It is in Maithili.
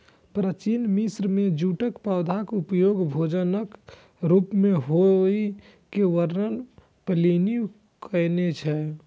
प्राचीन मिस्र मे जूटक पौधाक उपयोग भोजनक रूप मे होइ के वर्णन प्लिनी कयने छै